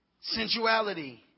sensuality